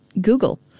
Google